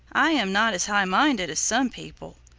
i am not as high-minded as some people.